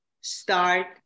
start